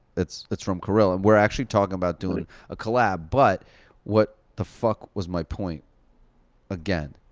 it's it's from kirill. and we're actually talking about doing a collab. but what the fuck was my point again?